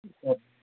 ꯑꯣ